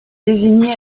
désigné